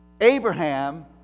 Abraham